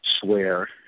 swear